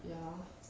ya